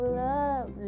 love